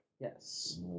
Yes